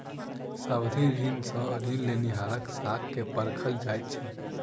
सावधि ऋण सॅ ऋण लेनिहारक साख के परखल जाइत छै